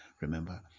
Remember